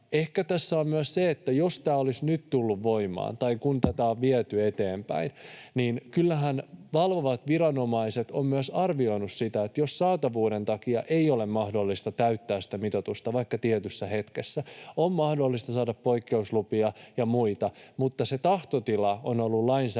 Ehkä tässä on myös se, että jos tämä olisi nyt tullut voimaan, tai kun tätä on viety eteenpäin, niin kyllähän valvovat viranomaiset ovat myös arvioineet sitä, että jos saatavuuden takia ei ole mahdollista täyttää sitä mitoitusta vaikka tietyssä hetkessä, niin on mahdollista saada poikkeuslupia ja muita, mutta se tahtotila on ollut lainsäätäjillä